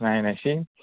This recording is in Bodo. नायनायसै